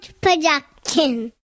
production